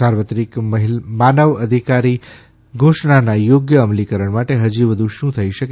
સાર્વત્રિક માનવ અધિકારી ઘોષણાના યોગ્ય અમલીકરણ માટે હજી વધુ શું થઇ શકે